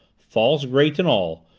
false grate and all,